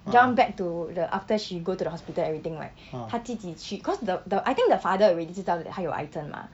jump back to the after she go to the hospital everything right 她自己去 because the the I think the father already 知道 that 她有癌症吗